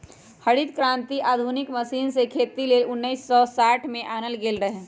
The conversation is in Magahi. हरित क्रांति आधुनिक मशीन से खेती लेल उन्नीस सौ साठ में आनल गेल रहै